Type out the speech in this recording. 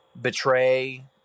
betray